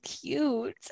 cute